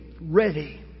ready